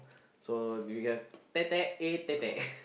so do you have tap tap a tap tap